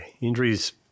injuries